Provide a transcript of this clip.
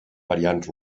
variants